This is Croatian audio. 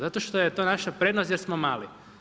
Zato što je to naša prednost jer smo mali.